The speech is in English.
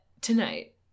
tonight